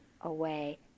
away